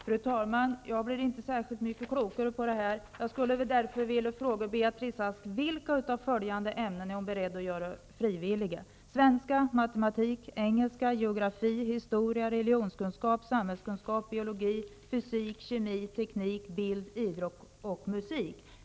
Fru talman! Jag blir inte särskilt mycket klokare av det här. Jag skulle därför vilja fråga Beatrice Ask vilka av följande ämnen som hon är beredd att göra frivilliga i den framtida läroplanen: svenska, matematik, engelska, geografi, historia, religionskunskap, samhällskunskap, biologi, fysik, kemi, teknik, bild, idrott och musik.